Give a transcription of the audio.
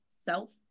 Self